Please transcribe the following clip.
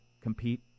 compete